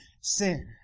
sin